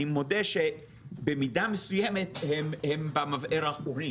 אני מודה שבמידה מסוימת הם במבער האחורי